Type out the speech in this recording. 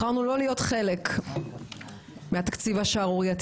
בחרנו לא להיות חלק מהתקציב השערורייתי